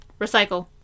Recycle